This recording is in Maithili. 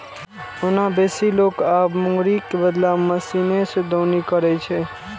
ओना बेसी लोक आब मूंगरीक बदला मशीने सं दौनी करै छै